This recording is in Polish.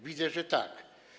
Widzę, że tak.